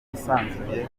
hisanzuye